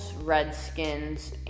Redskins